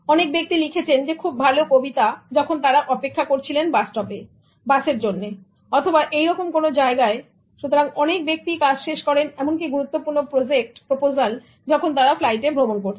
অনেক ব্যক্তি লিখেছেন খুব ভালো কবিতা যখন তারা অপেক্ষা করছিলেন বাসস্টপে বাসের জন্য অথবা এইরকম কোন জায়গায় সুতরাং অনেক ব্যক্তি কাজ শেষ করেন এমনকি গুরুত্বপূর্ণ প্রজেক্ট প্রপোজাল যখন তারা ফ্লাইটে ভ্রমন করছেন